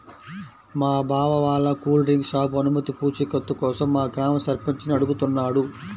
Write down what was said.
మా బావ వాళ్ళ కూల్ డ్రింక్ షాపు అనుమతి పూచీకత్తు కోసం మా గ్రామ సర్పంచిని అడుగుతున్నాడు